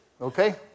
okay